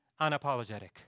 unapologetic